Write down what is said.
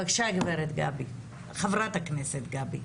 בבקשה, חברת הכנסת גבי.